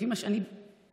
לפי מה שאני בדקתי,